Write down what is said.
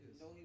No